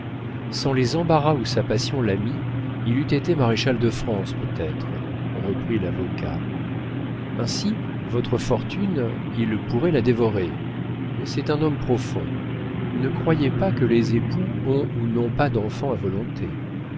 sans les embarras où sa passion l'a mis il eût été maréchal de france peut-être reprit l'avocat ainsi votre fortune il pourrait la dévorer mais c'est un homme profond ne croyez pas que les époux ont ou n'ont pas d'enfants à volonté